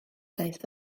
daeth